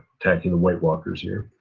attacking the white walkers here.